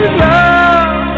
love